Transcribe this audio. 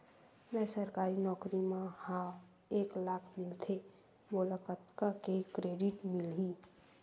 मैं सरकारी नौकरी मा हाव एक लाख मिलथे मोला कतका के क्रेडिट मिलही?